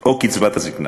או קצבת הזיקנה.